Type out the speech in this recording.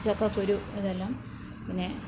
ചക്കക്കുരു ഇതെല്ലം പിന്നെ